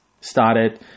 started